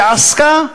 שעסקה,